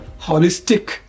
holistic